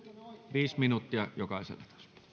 viisi minuuttia jokaiselle